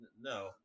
No